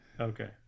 Okay